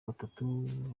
batatu